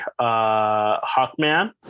Hawkman